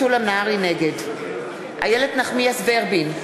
נגד איילת נחמיאס ורבין,